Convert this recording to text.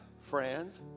friends